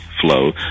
flow